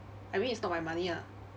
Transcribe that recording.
I mean it's not my money ah